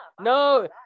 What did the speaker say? No